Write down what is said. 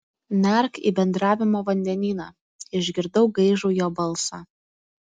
nerk į bendravimo vandenyną išgirdau gaižų jo balsą